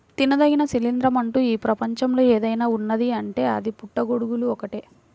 తినదగిన శిలీంద్రం అంటూ ఈ ప్రపంచంలో ఏదైనా ఉన్నదీ అంటే అది పుట్టగొడుగులు ఒక్కటే